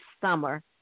summer